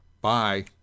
bye